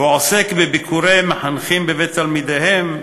העוסק בביקורי מחנכים בבית תלמידיהם,